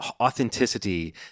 authenticity